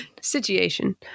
Situation